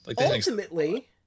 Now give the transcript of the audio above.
ultimately